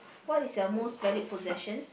what is your most valued possession